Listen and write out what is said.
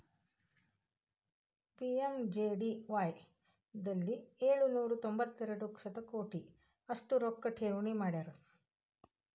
PMJDY ದಲ್ಲಿ ಏಳು ನೂರ ತೊಂಬತ್ತೆರಡು ಶತಕೋಟಿ ಅಷ್ಟು ರೊಕ್ಕ ಠೇವಣಿ ಮಾಡ್ಯಾರ